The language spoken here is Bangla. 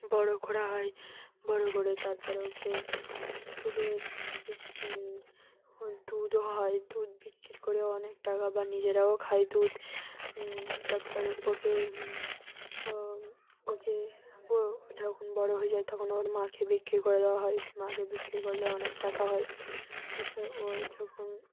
বড় করা হয় বড় করে তারপর ওকে ওকে বিক ওর দুধও হয় দুধ বিক্রি করেও অনেক টাকা বা নিজেরাও খাই দুধ তারপর ওকে ও ওকে ও যখন বড় হয়ে যায় তখন ওর মাকে বিক্কিরি করে দেওয়া হয় মাকে বিক্রি করলে অনেক টাকা হয় তারপর ওর যখন